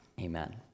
Amen